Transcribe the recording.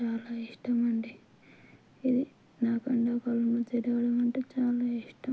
అది నాకు చాలా ఇష్టం అండి ఇది నాకు ఎండాకాలంలో తిరగడం అంటే చాలా ఇష్టం